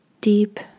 deep